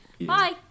Bye